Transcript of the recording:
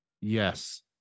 Yes